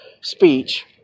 speech